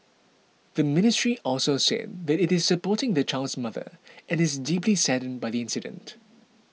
the Ministry also said that it is supporting the child's mother and is deeply saddened by the incident